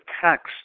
text